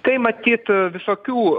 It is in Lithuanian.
tai matytų visokių